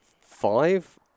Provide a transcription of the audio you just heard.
five